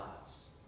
lives